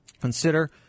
Consider